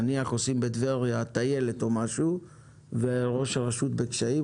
נניח עושים בטבריה טיילת וראש הרשות נמצא בקשיים,